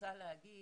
רוצה להגיד